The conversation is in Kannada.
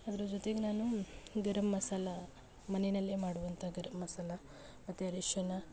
ಅದ್ರ ಜೊತೆಗೆ ನಾನು ಗರಂ ಮಸಾಲಾ ಮನೆಯಲ್ಲೆ ಮಾಡುವಂಥ ಗರಂ ಮಸಾಲ ಮತ್ತೆ ರೇಷನ್ನ